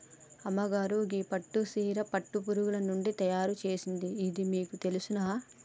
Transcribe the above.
అమ్మగారు గీ పట్టు సీర పట్టు పురుగులు నుండి తయారు సేసింది ఇది మీకు తెలుసునా